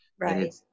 Right